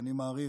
אני מעריך,